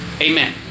Amen